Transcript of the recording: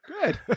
Good